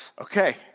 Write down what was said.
okay